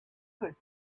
could